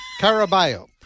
Caraballo